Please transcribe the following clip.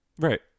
Right